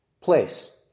place